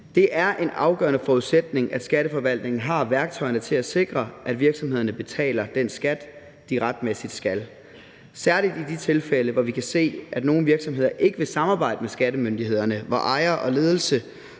Det er en afgørende forudsætning, at Skatteforvaltningen har værktøjerne til at sikre, at virksomhederne betaler den skat, de retmæssigt skal, særligt i de tilfælde, hvor vi kan se, at nogle virksomheder ikke vil samarbejde med skattemyndighederne, og hvor ejere og ledelse